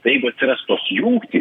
tai jeigu atsiras tos jungtys